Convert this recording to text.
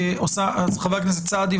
חבר הכנסת סעדי,